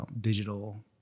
digital